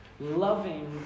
Loving